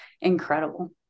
incredible